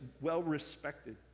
well-respected